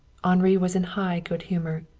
henri was in high good humor.